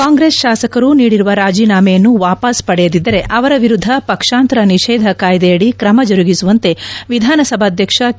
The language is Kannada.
ಕಾಂಗ್ರೆಸ್ ಶಾಸಕರು ನೀಡಿರುವ ರಾಜಿನಾಮೆಯನ್ನು ವಾಪಸ್ ಪಡೆಯದಿದ್ದರೆ ಅವರ ವಿರುದ್ದ ಪಕ್ಷಾಂತರ ನಿಷೇಧ ಕಾಯ್ದೆಯಡಿ ಕ್ರಮ ಜರುಗಿಸುವಂತೆ ವಿಧಾನ ಸಭಾಧ್ಯಕ್ಷ ಕೆ